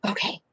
Okay